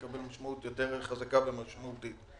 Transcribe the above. מקבל משמעות יותר חזקה ומשמעותית.